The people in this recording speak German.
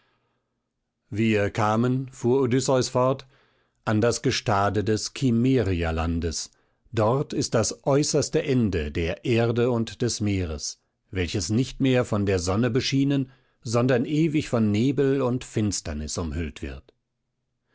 wir kamen fuhr odysseus fort an das gestade des kimmerierlandes dort ist das äußerste ende der erde und des meeres welches nicht mehr von der sonne beschienen sondern ewig von nebel und finsternis umhüllt wird